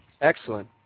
Excellent